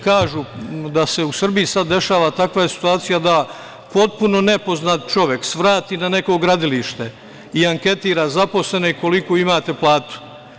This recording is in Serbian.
Kažu da se u Srbiji sada dešava takva situacija da potpuno nepoznat čovek svrati na neko gradilište i anketira zaposlene – koliku vi imate platu.